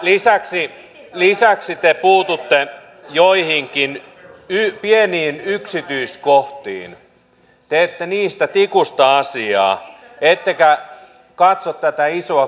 lisäksi te puututte joihinkin pieniin yksityiskohtiin teette tikusta asiaa ettekä katso tätä isoa kokonaiskuvaa